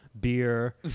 beer